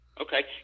Okay